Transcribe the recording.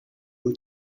him